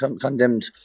condemned